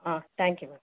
thank you madam